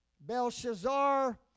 Belshazzar